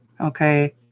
Okay